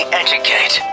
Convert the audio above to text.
educate